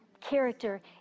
character